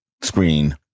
screen